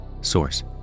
source